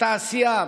בתעשייה,